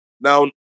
Now